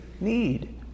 need